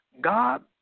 God